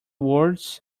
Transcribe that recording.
words